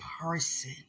person